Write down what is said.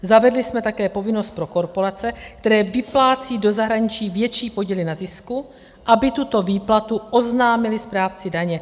Zavedli jsme také povinnost pro korporace, které vyplácí do zahraničí větší podíly na zisku, aby tuto výplatu oznámily správci daně.